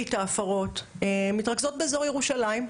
שמרבית ההפרות מתרכזות באזור ירושלים.